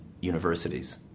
universities